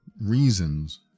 reasons